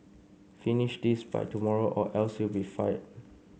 finish this by tomorrow or else you'll be fired